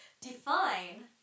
define